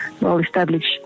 well-established